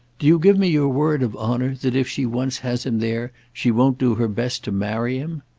do you give me your word of honour that if she once has him there she won't do her best to marry him?